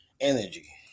energy